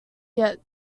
yet